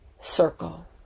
circle